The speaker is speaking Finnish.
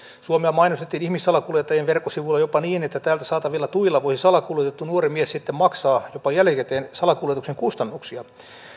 suomea mainostettiin ihmissalakuljettajien verkkosivuilla jopa niin että täältä saatavilla tuilla voisi salakuljetettu nuori mies sitten maksaa jopa jälkikäteen salakuljetuksen kustannuksia